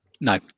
no